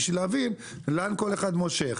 בשביל להבין לאן כל אחד מושך.